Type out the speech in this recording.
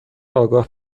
آگاه